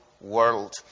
world